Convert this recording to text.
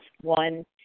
One